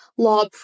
law